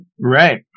right